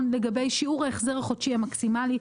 לגבי שיעור ההחזר החודשי המקסימלי.